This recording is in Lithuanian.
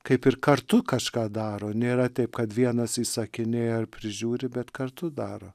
kaip ir kartu kažką daro nėra taip kad vienas įsakinėja ar prižiūri bet kartu daro